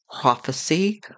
prophecy